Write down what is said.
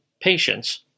patience